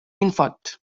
infot